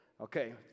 Okay